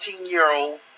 18-year-old